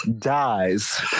dies